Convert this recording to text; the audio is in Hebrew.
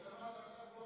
הוא אמר שעכשיו הוא